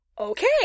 Okay